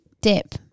dip